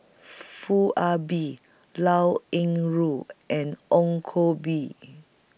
Foo Ah Bee Liao Yingru and Ong Koh Bee